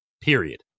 period